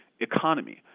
economy